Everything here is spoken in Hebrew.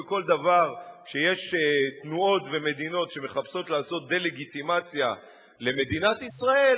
וכל דבר שיש תנועות ומדינות שמחפשות לעשות דה-לגיטימציה למדינת ישראל,